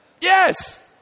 Yes